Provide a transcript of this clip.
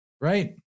Right